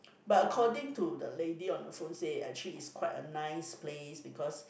but according to the lady on the phone say actually it's quite a nice place because